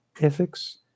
Ethics